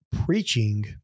preaching